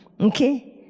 okay